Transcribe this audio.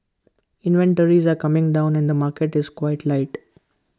inventories are coming down and market is quite tight